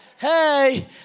hey